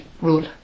rule